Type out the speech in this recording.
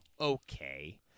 Okay